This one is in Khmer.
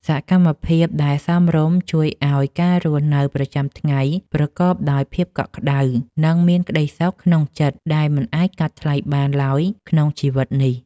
សកម្មភាពដែលសមរម្យជួយឱ្យការរស់នៅប្រចាំថ្ងៃប្រកបដោយភាពកក់ក្តៅ និង មានក្តីសុខក្នុងចិត្តដែលមិនអាចកាត់ថ្លៃបានឡើយក្នុងជីវិតនេះ។